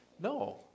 No